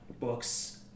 books